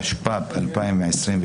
התשפ"ב-2022,